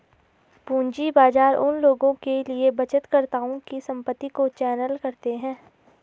पूंजी बाजार उन लोगों के लिए बचतकर्ताओं की संपत्ति को चैनल करते हैं